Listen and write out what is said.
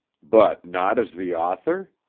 but not as the author?